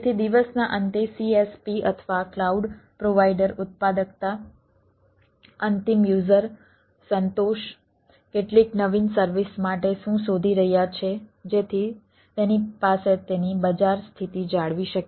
તેથી દિવસના અંતે CSP અથવા ક્લાઉડ પ્રોવાઈડર ઉત્પાદકતા અંતિમ યુઝર સંતોષ કેટલીક નવીન સર્વિસ માટે શું શોધી રહ્યા છે જેથી તેની પાસે તેની બજાર સ્થિતિ જાળવી શકે